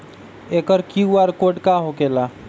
एकर QR code का होकेला?